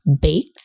baked